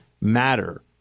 matter